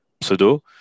pseudo